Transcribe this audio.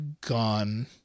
gone